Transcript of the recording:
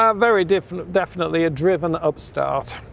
um very definitely definitely a driven upstart.